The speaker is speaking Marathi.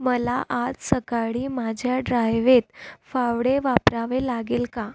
मला आज सकाळी माझ्या ड्राईव्हवेत फावडे वापरावे लागेल का